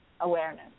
awareness